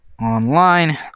online